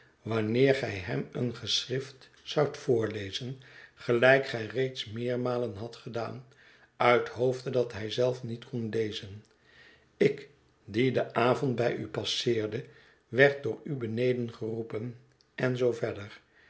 wanneer gij hem een geschrift zoudt voorlezen gelijk gij reeds meermalen hadt gedaa n uithoofde dat hij zelf niet kon lezen ik die den avond bij u passeerde werd door u beneden geroepen en zoo verder